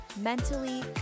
mentally